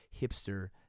hipster